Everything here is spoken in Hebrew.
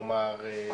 כלומר,